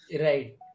right